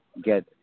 get